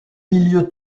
milieu